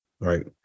right